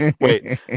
wait